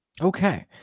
Okay